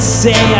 say